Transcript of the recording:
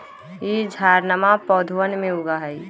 ई झाड़नमा पौधवन में उगा हई